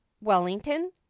wellington